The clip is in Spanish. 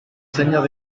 señas